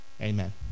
Amen